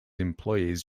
employees